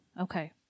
Okay